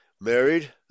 married